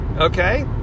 Okay